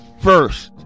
first